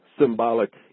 symbolic